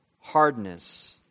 hardness